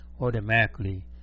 automatically